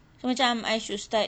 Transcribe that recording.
so macam I should start